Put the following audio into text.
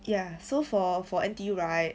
ya so for for N_T_U right